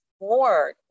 more